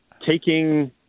taking